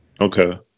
Okay